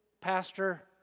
pastor